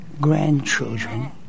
grandchildren